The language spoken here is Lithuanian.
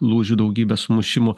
lūžių daugybė sumušimų